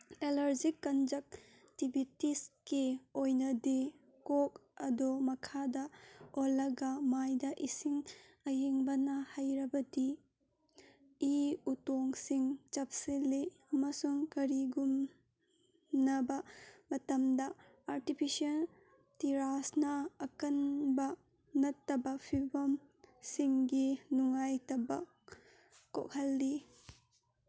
allergic ꯀꯟꯖꯛꯇꯤꯕꯤꯇꯤꯁꯀꯤ ꯑꯣꯏꯅꯗꯤ ꯀꯣꯛ ꯑꯗꯣ ꯃꯈꯥꯗ ꯑꯣꯜꯂꯒ ꯃꯥꯏꯗ ꯏꯁꯤꯡ ꯑꯏꯪꯡꯕꯅ ꯍꯩꯔꯕꯗꯤ ꯏ ꯎꯇꯣꯡꯁꯤꯡ ꯆꯞꯁꯤꯜꯂꯤ ꯑꯃꯁꯨꯡ ꯀꯔꯤꯒꯨꯝꯂꯕ ꯃꯇꯝꯗ ꯑꯔꯇꯤꯐꯤꯁꯦꯟ ꯇꯤꯔꯥꯁꯅ ꯑꯀꯟꯕ ꯅꯠꯇꯕ ꯐꯤꯕꯝꯁꯤꯡꯒꯤ ꯅꯨꯡꯉꯥꯏꯇꯕ ꯀꯣꯛꯍꯜꯂꯤ